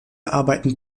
arbeiten